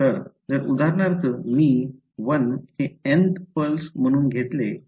जर उदाहरणार्थ मी १ हे nth पल्स म्हणून घेतले तर